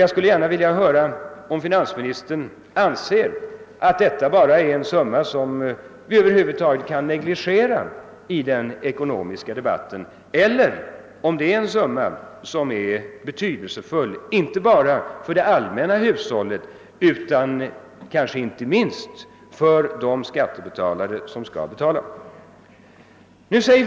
Jag skulle gärna vilja höra om finansministern anser att vi kan negligera denna summa i den ekonomiska debatten eller om han medger att den är betydelsefull, inte bara för det allmänna hushållet utan även och inte minst för de skattebetalare som skall betala den.